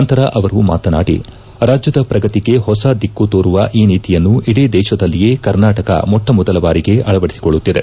ನಂತರ ಅವರು ಮಾತನಾಡಿ ರಾಜ್ಯದ ಪ್ರಗತಿಗೆ ಹೊಸ ದಿಕ್ಕು ತೋರುವ ಈ ನೀತಿಯನ್ನು ಇಡೀ ದೇಶದಲ್ಲಿಯೇ ಕರ್ನಾಟಕ ಮೊಟ್ಟ ಮೊದಲ ಬಾರಿಗೆ ಅಳವಡಿಸಿಕೊಳ್ಳುತ್ತಿದೆ